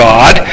God